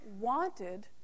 wanted